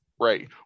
Right